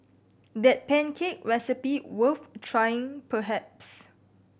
that pancake recipe worth trying perhaps